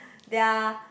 their